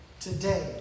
today